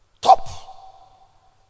Top